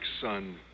son